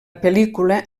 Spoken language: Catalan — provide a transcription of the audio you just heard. pel·lícula